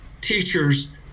teachers